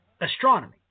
astronomy